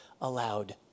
allowed